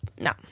no